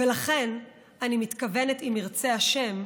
ולכן אני מתכוונת, אם ירצה השם,